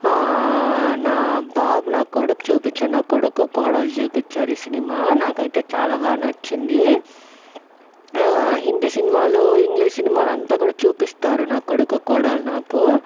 నా బాబు నా కొడుకు చూపించాడు నా కొడుకు కోడలు చూపించారు ఈ సినిమా నాకైతే చాలా బా నచ్చింది హిందీ సినిమాలు ఇంగ్లీష్ సినిమాలు అంతా కూడా చూపిస్తారు నా కొడుకు కోడలు నాకు